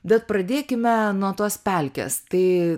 bet pradėkime nuo tos pelkės tai